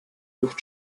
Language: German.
luft